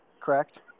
correct